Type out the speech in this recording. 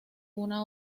una